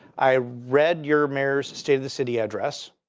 i read your mayor's state of the city address.